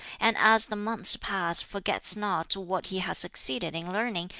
and as the months pass forgets not what he has succeeded in learning,